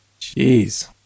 Jeez